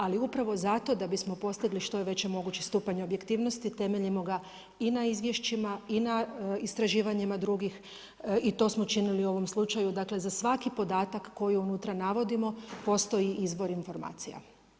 Ali upravo zato da bismo postigli što je veći mogući stupanj objektivnosti temeljimo ga i na izvješćima i na istraživanjima drugih i to smo činili u sovom slučaju, dakle za svaki podatak koji unutra navodimo, postoji izbor informacija.